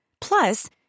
Plus